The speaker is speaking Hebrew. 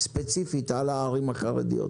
ספציפית על הערים החרדיות.